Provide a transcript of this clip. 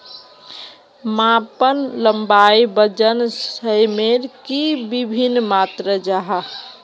मापन लंबाई वजन सयमेर की वि भिन्न मात्र जाहा?